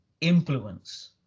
Influence